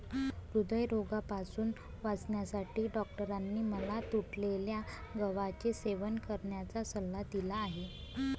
हृदयरोगापासून वाचण्यासाठी डॉक्टरांनी मला तुटलेल्या गव्हाचे सेवन करण्याचा सल्ला दिला आहे